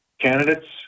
candidates